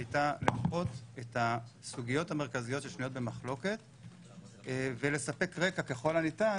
הייתה למפות את הסוגיות המרכזיות ששנויות במחלוקות ולספק רקע ככל הניתן